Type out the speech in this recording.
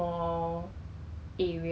then the because